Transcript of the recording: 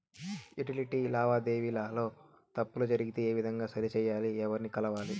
Utility లావాదేవీల లో తప్పులు జరిగితే ఏ విధంగా సరిచెయ్యాలి? ఎవర్ని కలవాలి?